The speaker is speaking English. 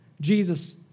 Jesus